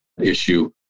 issue